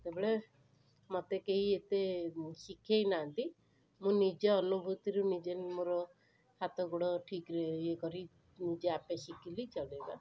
ସେତେବେଳେ ମୋତେ କେହି ଏତେ ଶିଖାଇ ନାହାଁନ୍ତି ମୁଁ ନିଜେ ଅନୁଭୂତିରୁ ନିଜେ ମୋର ହାତ ଗୋଡ଼ ଠିକ୍ରେ ଇଏ କରି ନିଜେ ଆପେ ଶିଖିଲି ଚଲାଇବା